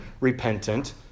repentant